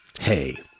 Hey